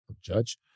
judge